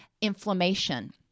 inflammation